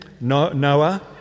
Noah